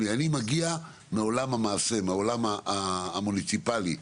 אני מגיע מעולם המעשה, מהעולם המוניציפלי.